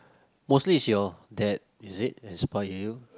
mostly it's your dad is it inspired you